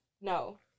No